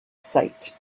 site